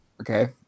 Okay